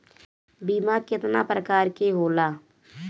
बीमा केतना प्रकार के होला?